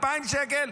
2,000 שקל,